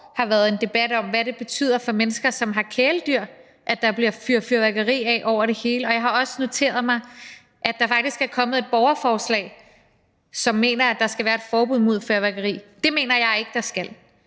har været en debat om, hvad det betyder for mennesker, som har kæledyr, at der bliver fyret fyrværkeri af over det hele, og jeg har også noteret mig, at der faktisk er kommet et borgerforslag, hvor forslagsstillerne mener, at der skal være et forbud mod fyrværkeri. Det mener jeg ikke at der skal.